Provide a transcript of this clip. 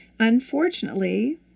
Unfortunately